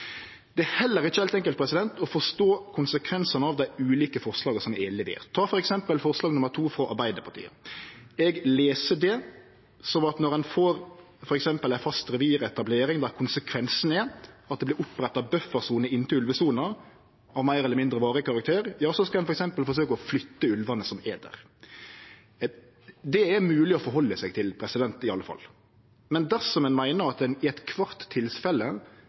konsekvensane av dei ulike forslaga som er leverte inn. Ta f.eks. forslag nr. 2, frå Arbeidarpartiet. Eg les det som at når ein får f.eks. ei fast reviretablering der konsekvensen er at det vert oppretta ei buffersone inn til ulvesona av meir eller mindre varig karakter, skal ein forsøke å flytte ulvane som er der. Det er det i alle fall mogleg å halde seg til. Men dersom ein meiner at det i